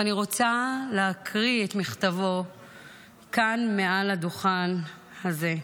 ואני רוצה להקריא את מכתבו כאן מעל הדוכן הזה.